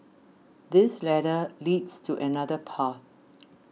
this ladder leads to another path